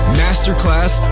masterclass